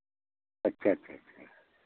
अच्छा अच्छा अच्छा